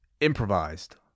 improvised